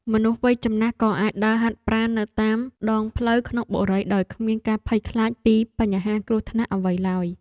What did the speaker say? មនុស្សវ័យចំណាស់ក៏អាចដើរហាត់ប្រាណនៅតាមដងផ្លូវក្នុងបុរីដោយគ្មានការភ័យខ្លាចពីបញ្ហាគ្រោះថ្នាក់អ្វីឡើយ។